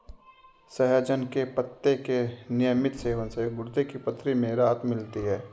सहजन के पत्ते के नियमित सेवन से गुर्दे की पथरी में राहत मिलती है